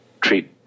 treat